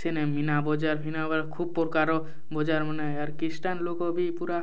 ସେନେ ମିନା ବଜାର୍ ଫିନା ବଜାର୍ ଖୁବ୍ ପରକାର ବଜାର୍ମନେ ଆର୍ କିଷଟାନ୍ ଲୋକ ବି ପୁରା